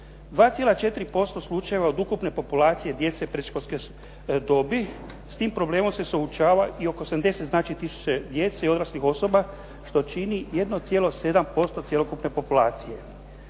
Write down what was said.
2,4% slučajeva od ukupne populacije djece predškolske dobi sa tim problemom se suočavaju i oko …/Govornik se ne razumije./… znači tisuće djece i odraslih osoba što čini 1,7% cjelokupne populacije.